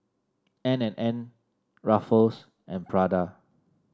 N and N Ruffles and Prada